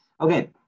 Okay